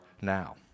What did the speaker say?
now